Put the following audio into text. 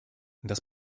das